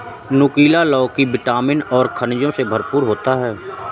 नुकीला लौकी विटामिन और खनिजों से भरपूर होती है